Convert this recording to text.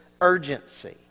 urgency